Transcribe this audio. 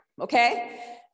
okay